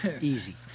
Easy